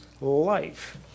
life